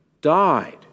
died